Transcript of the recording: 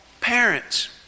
Parents